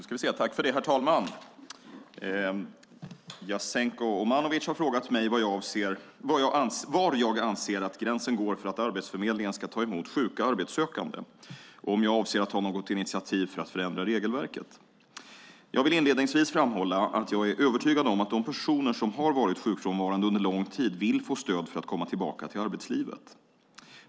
Herr talman! Jasenko Omanovic har frågat mig var jag anser att gränsen går för att Arbetsförmedlingen ska ta emot sjuka arbetssökande och om jag avser att ta något initiativ för att förändra regelverket. Jag vill inledningsvis framhålla att jag är övertygad om att de personer som har varit sjukfrånvarande under lång tid vill få stöd för att komma tillbaka till arbetslivet.